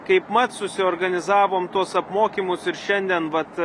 kaipmat susiorganizavom tuos apmokymus ir šiandien vat